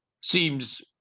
seems